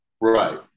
Right